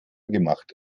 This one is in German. gemacht